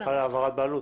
העברת בעלות.